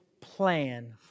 plan